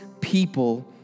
people